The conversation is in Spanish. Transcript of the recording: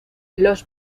los